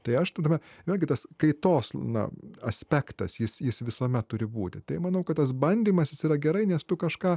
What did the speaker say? tai aš tada vėlgi tas kaitos na aspektas jis jis visuomet turi būti tai manau kad tas bandymas jis yra gerai nes tu kažką